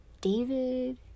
David